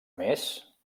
més